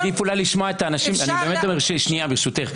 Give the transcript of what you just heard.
עדיף אולי לשמוע את האנשים --- אפשר --- שנייה ברשותך.